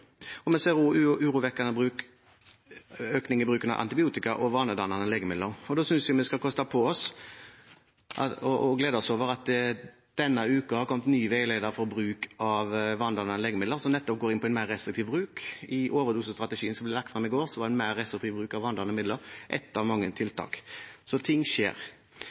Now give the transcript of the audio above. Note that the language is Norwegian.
Vi ser òg urovekkende økning i bruken av antibiotika og vanedannende legemidler. Da synes jeg vi skal koste på oss å glede oss over at det denne uken har kommet en ny veileder for bruk av vanedannende legemidler, som nettopp går inn for en mer restriktiv bruk. I overdosestrategien som ble lagt frem i går, var mer restriktiv bruk av vanedannende legemidler et av mange tiltak, så ting skjer.